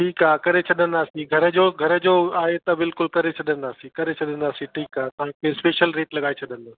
ठीकु आहे करे छॾंदासीं घर जो घर जो आहे त बिल्कुलु करे छॾंदासीं करे छॾंदासीं ठीकु आहे तव्हांखे स्पेशल रेट लॻाए छॾंदा